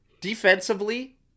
defensively